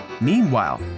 Meanwhile